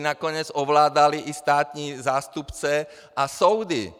Nakonec ovládali i státní zástupce a soudy!